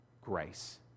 grace